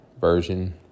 version